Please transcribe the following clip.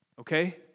Okay